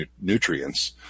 nutrients